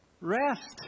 Rest